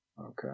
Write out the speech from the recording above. okay